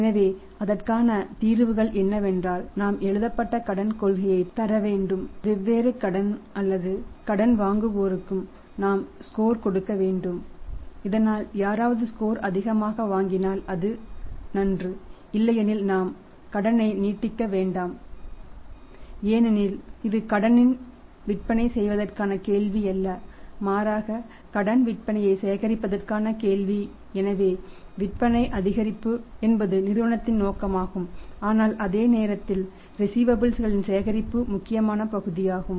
எனவே அதற்கான மற்ற தீர்வுகள் என்னவென்றால் நாம் எழுதப்பட்ட கடன் கொள்கையை தர வேண்டும் ஒவ்வொரு கடன் அல்லது கடன் வாங்குவோருக்கும் நாம் ஸ்கோர்களின் சேகரிப்பும் முக்கியமான பகுதியாகும்